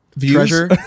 treasure